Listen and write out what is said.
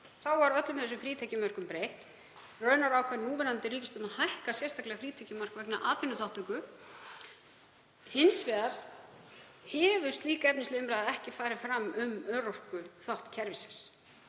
þá var öllum þessum frítekjumörkum breytt. Raunar ákvað núverandi ríkisstjórn að hækka sérstaklega frítekjumark vegna atvinnuþátttöku. Hins vegar hefur slík efnisleg umræða ekki farið fram um örorkuþátt kerfisins.